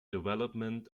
development